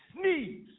sneeze